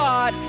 God